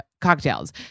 Cocktails